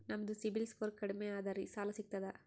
ನಮ್ದು ಸಿಬಿಲ್ ಸ್ಕೋರ್ ಕಡಿಮಿ ಅದರಿ ಸಾಲಾ ಸಿಗ್ತದ?